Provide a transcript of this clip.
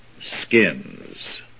skins